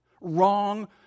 Wrong